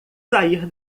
sair